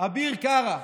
אביר קארה.